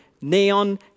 neon